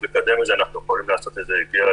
-- ועדיין בשבוע הבא אנחנו עומדים לקיים בוועדה